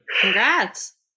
Congrats